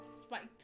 spiked